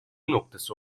noktası